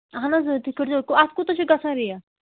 اہن حظ تُہۍ کٔرۍ زیواَتھ کوٗتاہ چھُ گژھان ریٹ